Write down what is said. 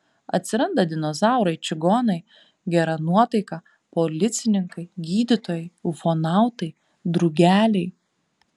atsiranda dinozaurai čigonai gera nuotaika policininkai gydytojai ufonautai drugeliai